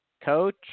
coach